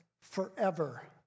forever